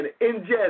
ingest